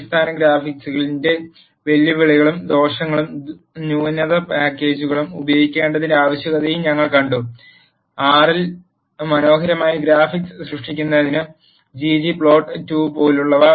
അടിസ്ഥാന ഗ്രാഫിക്സിന്റെ വെല്ലുവിളികളും ദോഷങ്ങളും നൂതന പാക്കേജുകൾ ഉപയോഗിക്കേണ്ടതിന്റെ ആവശ്യകതയും ഞങ്ങൾ കണ്ടു ആർ യിൽ മനോഹരമായ ഗ്രാഫിക്സ് സൃഷ്ടിക്കുന്നതിന് ggplot2 പോലുള്ളവ